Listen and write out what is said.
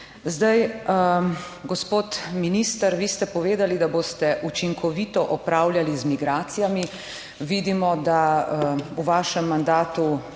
Zdaj, gospod minister, vi ste povedali, da boste učinkovito upravljali z migracijami. Vidimo, da v vašem mandatu